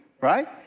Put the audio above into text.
right